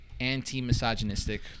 Anti-misogynistic